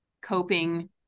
coping